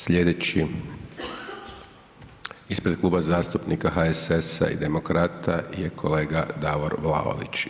Sljedeći ispred Kluba zastupnika HSS-a i Demokrata je kolega Davor Vlaović.